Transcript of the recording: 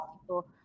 people